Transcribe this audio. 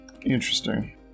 Interesting